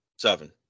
Seven